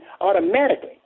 automatically